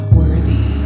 worthy